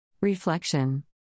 Reflection